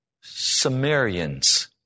Sumerians